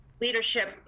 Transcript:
leadership